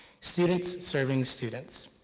students serving students.